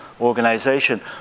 organization